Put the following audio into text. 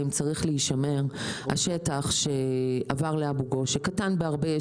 צריך להשמר השטח שעבר לאבו גוש שקטן בהרבה,